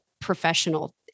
professional